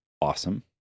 awesome